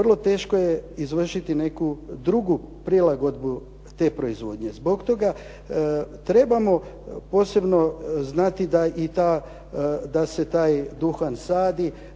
vrlo je teško izvršiti neku drugu prilagodbu te proizvodnje. Zbog toga trebamo posebno znati da se taj duhan sadi,